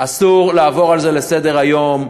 אסור לעבור על זה לסדר-היום.